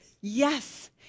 yes